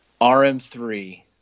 RM3